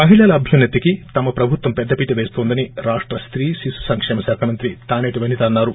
మహిళల అభ్యున్న తికి తమ ప్రభుత్వం పెద్దపీట పేస్తోందని రాష్ట స్త్రీ శిశు సంక్షేమ శాఖ మంత్రి తాసేటి వనిత అన్నారు